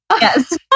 Yes